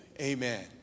Amen